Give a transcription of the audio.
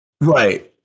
Right